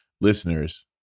listeners